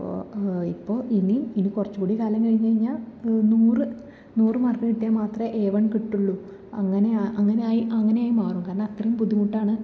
അപ്പോൾ ഇപ്പോൾ ഇനി ഇനി കുറച്ച് കൂടി കാലം കഴിഞ്ഞ് കഴിഞ്ഞാൽ നൂറ് നൂറ് മാർക്ക് കിട്ടിയാൽ മാത്രമേ എ വൺ കിട്ടുകയുള്ളു അങ്ങനെ ആ അങ്ങനെ ആയി അങ്ങനെ ആയി മാറും കാരണം അത്രയും ബുദ്ധിമുട്ടാണ്